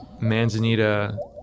manzanita